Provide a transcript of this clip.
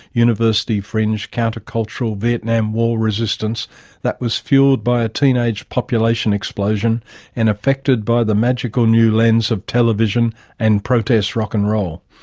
university fringe, counter-cultural, vietnam war resistance that was fuelled by a teenage population explosion and affected by the magical new lens of television and protest rock and roll.